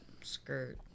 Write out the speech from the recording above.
Skirt